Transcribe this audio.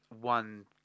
one